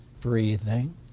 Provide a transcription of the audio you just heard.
Breathing